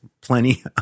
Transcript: plenty